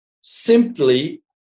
simply